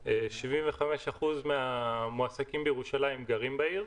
75% מהמועסקים בירושלים גרים בעיר,